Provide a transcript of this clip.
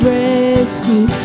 rescue